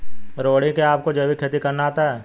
रोहिणी, क्या आपको जैविक खेती करना आता है?